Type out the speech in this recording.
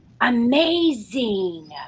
amazing